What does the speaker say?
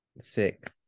six